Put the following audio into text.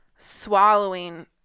Swallowing